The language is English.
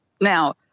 now